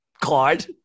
card